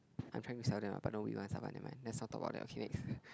I'm trying to sell them ah but nobody wants sell but never mind let's not talk about that okay next